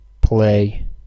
play